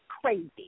crazy